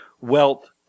wealth